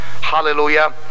Hallelujah